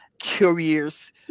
curious